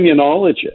immunologist